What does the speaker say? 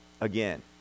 again